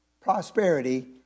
prosperity